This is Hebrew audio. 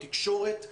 תקשורת,